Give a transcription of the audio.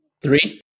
Three